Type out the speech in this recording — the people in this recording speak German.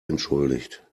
entschuldigt